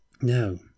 No